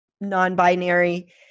non-binary